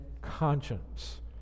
conscience